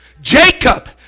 Jacob